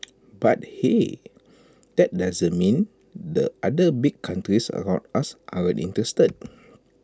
but hey that doesn't mean the other big countries around us aren't interested